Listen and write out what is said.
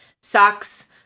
Socks